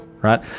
right